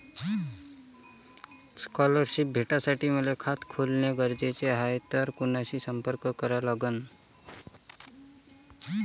Scholarship भेटासाठी मले खात खोलने गरजेचे हाय तर कुणाशी संपर्क करा लागन?